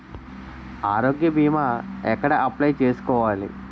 ఆరోగ్య భీమా ఎక్కడ అప్లయ్ చేసుకోవాలి?